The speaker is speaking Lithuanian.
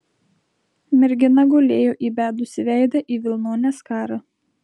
mergina gulėjo įbedusi veidą į vilnonę skarą